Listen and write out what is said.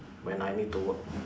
when I need to work